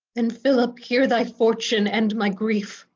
then, philip, hear thy fortune and my grief,